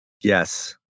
Yes